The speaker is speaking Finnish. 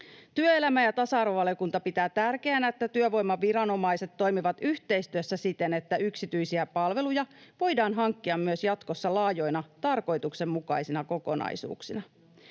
Työelämä- ja tasa-arvovaliokunta pitää tärkeänä, että työvoimaviranomaiset toimivat yhteistyössä siten, että yksityisiä palveluja voidaan hankkia myös jatkossa laajoina tarkoituksenmukaisina kokonaisuuksina.